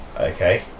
Okay